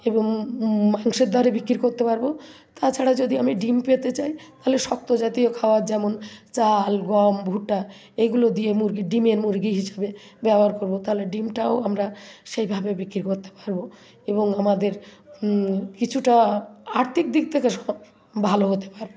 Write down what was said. এবং মাংসের দরে বিক্রি করতে পারব তাছাড়া যদি আমি ডিম পেতে চাই তাহলে শক্ত জাতীয় খাওয়ার যেমন চাল গম ভুট্টা এইগুলো দিয়ে মুরগির ডিমের মুরগি হিসাবে ব্যবহার করব তাহলে ডিমটাও আমরা সেইভাবে বিক্রি করতে পারব এবং আমাদের কিছুটা আর্থিক দিক থেকে স ভালো হতে পারে